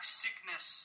sickness